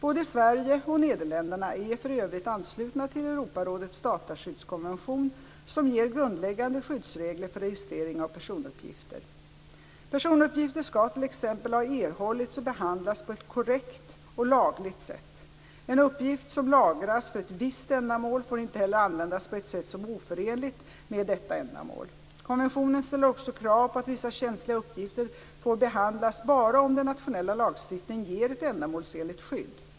Både Sverige och Nederländerna är för övrigt anslutna till Europarådets dataskyddskonvention, som ger grundläggande skyddsregler för registrering av personuppgifter. Personuppgifter skall t.ex. ha erhållits och behandlats på ett korrekt och lagligt sätt. En uppgift som lagras för ett visst ändamål får inte heller användas på ett sätt som är oförenligt med detta ändamål. Konventionen ställer också krav på att vissa känsliga uppgifter får behandlas bara om den nationella lagstiftningen ger ett ändamålsenligt skydd.